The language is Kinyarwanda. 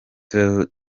twizeyimana